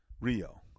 Rio